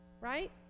Right